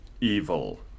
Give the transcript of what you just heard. evil